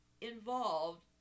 involved